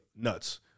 nuts